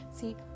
See